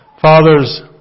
Fathers